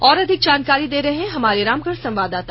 और अधिक जानकारी दे रहे है हमारे रामगढ़ संवाददाता